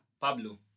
Pablo